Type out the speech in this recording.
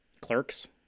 Clerks